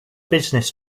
business